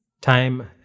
Time